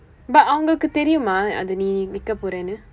but அவர்களுக்கு தெரியுமா அது நீ விற்க போறனு:avarkalukku theriyumaa athu nii virka poranu